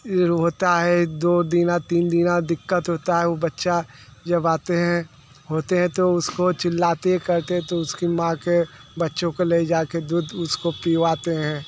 रोता है दो दिन तीन दिन का दिक्कत होती है वो बच्चा जब आते हैं होते हैं तो उसको चिल्लाते करते हैं तो उसकी माँ के बच्चों को ले जाके दूध उसको पिलवाते हैं